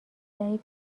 دهید